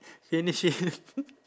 finish it